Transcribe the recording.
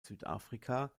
südafrika